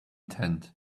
tent